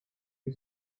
you